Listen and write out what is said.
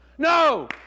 No